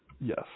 Yes